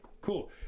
cool